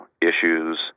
issues